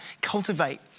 cultivate